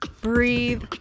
breathe